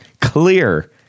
Clear